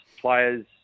players